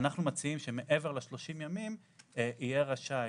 אנחנו מציעים שמעבר ל-30 ימים הוא יהיה רשאי,